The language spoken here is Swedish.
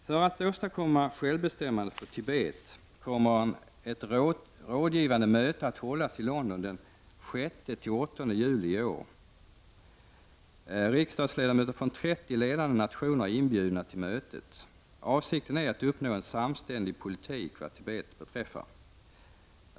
För att åstadkomma självbestämmande för Tibet kommer ett rådgivande möte att hållas i London den 6—8 juli i år. Riksdagsledamöter från 30 ledande nationer är inbjudna till mötet. Avsikten är att uppnå en samstämmig politik vad Tibet beträffar.